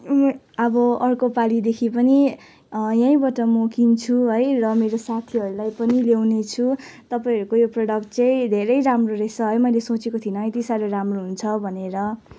अब अर्को पालिदेखि पनि यहीँबाट म किन्छु है र मेरो साथीहरूलाई पनि ल्याउनेछु तपाईँहरूको यो प्रडक्ट चाहिँ धेरै राम्रो रहेछ है मैले सोचेको थिइनँ यति साह्रो राम्रो हुन्छ भनेर